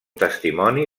testimoni